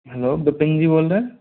hello Vipin ji बोल रहे